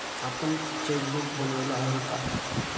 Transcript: आपण चेकबुक बनवलं आहे का?